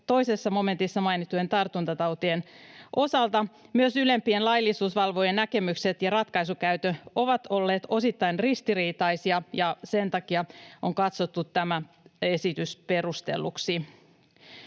kuin 2 momentissa mainittujen tartuntatautien osalta. Myös ylempien laillisuusvalvojien näkemykset ja ratkaisukäytäntö ovat olleet osittain ristiriitaisia, ja sen takia on katsottu tämä esitys perustelluksi.